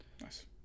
Nice